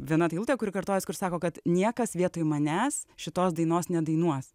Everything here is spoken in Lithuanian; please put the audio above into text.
viena eilutė kur kartojasi kur sako kad niekas vietoj manęs šitos dainos nedainuos